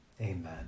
Amen